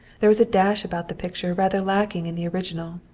there was a dash about the picture rather lacking in the original,